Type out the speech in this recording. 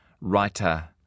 writer